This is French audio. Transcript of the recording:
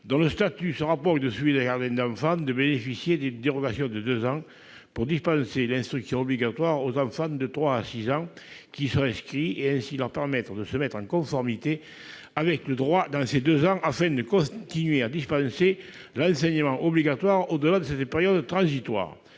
dont le statut se rapproche de celui des jardins d'enfants, de bénéficier d'une dérogation de deux ans pour dispenser l'instruction obligatoire aux enfants de trois à six ans qui y sont inscrits, et ainsi leur permettre de se mettre en conformité avec le droit dans ces deux ans afin de continuer à dispenser l'enseignement obligatoire au-delà de cette période transitoire.